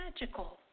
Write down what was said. magical